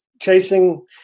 chasing